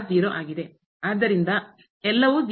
ಆದ್ದರಿಂದ ಎಲ್ಲವೂ